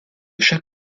chaque